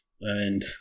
and-